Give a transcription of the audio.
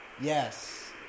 Yes